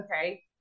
okay